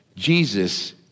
Jesus